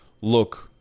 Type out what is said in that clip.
look